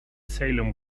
salem